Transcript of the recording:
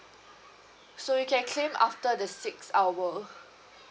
so you can claim after the sixth hour